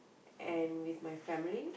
and with my family